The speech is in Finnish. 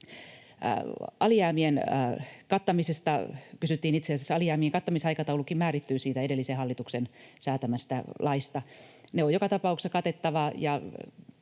Alijäämien kattamisesta kysyttiin. Itse asiassa alijäämien kattamisaikataulukin määrittyy siitä edellisen hallituksen säätämästä laista. Ne on joka tapauksessa katettava,